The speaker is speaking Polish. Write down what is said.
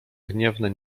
gniewne